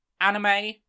anime